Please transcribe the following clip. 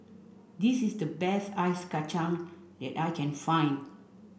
this is the best Ice Kacang that I can find